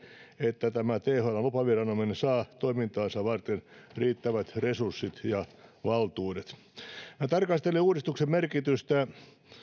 että tämä thln lupaviranomainen saa toimintaansa varten riittävät resurssit ja valtuudet minä tarkastelen uudistuksen merkitystä